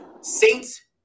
Saints